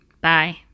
Bye